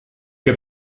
heb